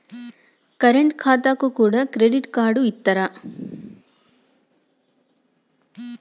Current ఖాతాకు కూడా credit card ఇత్తరా?